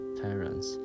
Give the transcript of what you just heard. parents